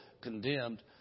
condemned